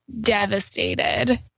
devastated